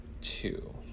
two